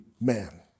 man